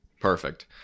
Perfect